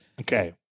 Okay